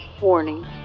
Warning